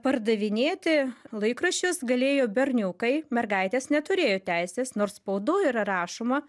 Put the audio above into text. pardavinėti laikraščius galėjo berniukai mergaitės neturėjo teisės nors spaudoj yra rašoma